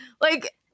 like-